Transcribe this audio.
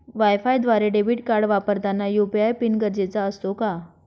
वायफायद्वारे debit card वापरताना UPI PIN गरजेचा असतो का?